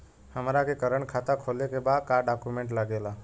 हमारा के करेंट खाता खोले के बा का डॉक्यूमेंट लागेला?